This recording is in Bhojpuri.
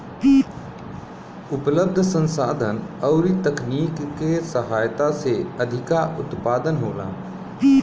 उपलब्ध संसाधन अउरी तकनीकी के सहायता से अधिका उत्पादन होला